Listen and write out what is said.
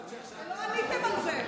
ולא עניתם על זה.